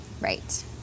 Right